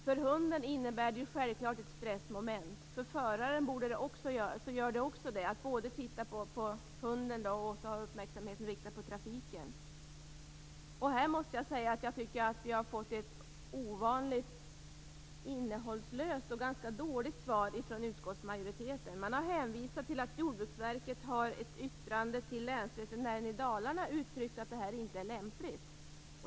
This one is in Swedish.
För hunden innebär det självklart ett stressmoment. För föraren gör det också det, nämligen att både titta på hunden och ha uppmärksamheten riktad mot trafiken. Här måste jag säga att jag tycker att vi har fått ett ovanligt innehållslöst och ganska dåligt svar från utskottsmajoriteten. Man har hänvisat till att Jordbruksverket i ett yttrande till Länsveterinären i Dalarna har uttryckt att detta inte är lämpligt.